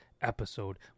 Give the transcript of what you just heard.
episode